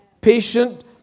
patient